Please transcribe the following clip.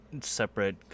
separate